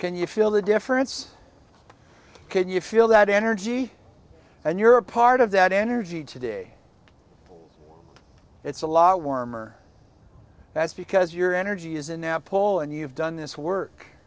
can you feel the difference can you feel that energy and you're a part of that energy today it's a lot warmer that's because your energy is in our poll and you've done this work